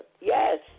Yes